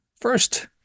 First